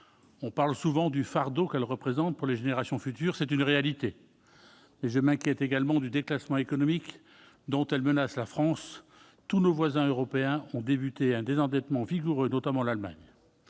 On parle souvent du fardeau qu'elle représente pour les générations futures : c'est une réalité, mais je m'inquiète également du déclassement économique dont elle menace la France. Tous nos voisins européens ont entrepris un désendettement vigoureux, notamment l'Allemagne.